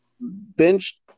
bench